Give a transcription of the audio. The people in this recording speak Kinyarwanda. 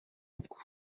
kuko